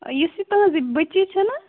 یۄس یہِ تُہنٛز یہِ بٔچی چھنہ